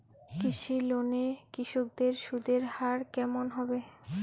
কৃষি লোন এ কৃষকদের সুদের হার কেমন হবে?